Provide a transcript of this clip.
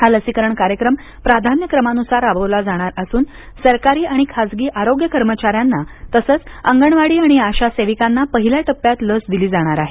हा लसीकरण कार्यक्रम प्राधान्यक्रमानुसार राबवला जाणार असून सरकारी आणि खाजगी आरोग्य कर्मचाऱ्यांना तसंच अंगणवाडी आणि आशा सेविकांना पहिल्या टप्प्यात लस दिली जाणार आहे